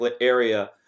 area